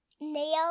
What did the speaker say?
nail